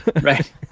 Right